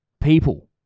people